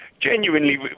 genuinely